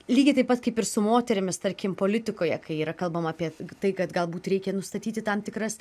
lygiai taip pat kaip ir su moterimis tarkim politikoje kai yra kalbama apie tai kad galbūt reikia nustatyti tam tikras